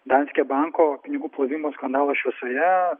danske banko pinigų plovimo skandalo šviesoje